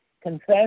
confess